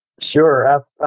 Sure